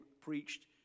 preached